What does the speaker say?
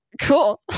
Cool